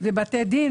לפצל את הבית,